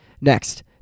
Next